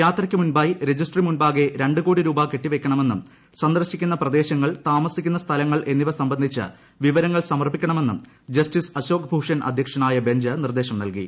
യാത്രയ്ക്ക് മുൻപായി രജിസ്ട്രി മുൻപാകെ രണ്ട് ക്ടോടി രൂപ കെട്ടിവയ്ക്കണമെന്നും സന്ദർശിക്കുന്ന പ്രദേശങ്ങൾ ത്ത്മസിക്കുന്ന സ്ഥലങ്ങൾ എന്നിവ സംബന്ധിച്ച വിവരങ്ങൾ ്സുമർപ്പിക്കണമെന്നും ജസ്റ്റിസ് അശോക് ഭൂഷൻ അദ്ധ്യക്ഷനായ ബ്ഞ്ച് നിർദ്ദേശം നൽകി